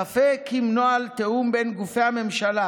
ספק אם נוהל תיאום בין גופי הממשלה